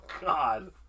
God